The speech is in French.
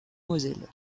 moselle